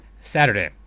Saturday